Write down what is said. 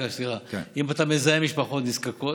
אם אתה מזהה משפחות נזקקות,